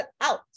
out